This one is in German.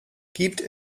gibt